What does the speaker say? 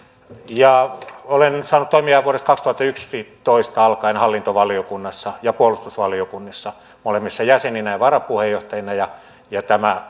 olen saanut toimia vuodesta kaksituhattayksitoista alkaen hallintovaliokunnassa ja puolustusvaliokunnassa molemmissa jäsenenä ja varapuheenjohtajana